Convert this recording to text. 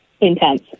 intense